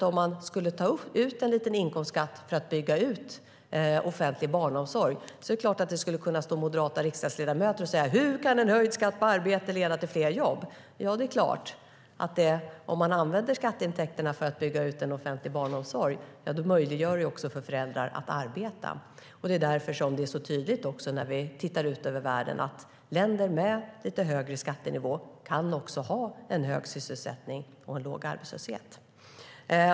Om man skulle ta upp en liten inkomstskatt för att bygga ut offentlig barnomsorg är det klart att moderata riksdagsledamöter skulle kunna stå och säga: Hur kan en höjd skatt på arbete leda till fler jobb? Ja, om man använder skatteintäkterna till att bygga upp en offentlig barnomsorg möjliggör man ju också för föräldrar att arbeta. Det är därför det är så tydligt när vi tittar ut över världen att länder med en lite högre skattenivå också kan ha hög sysselsättning och låg arbetslöshet.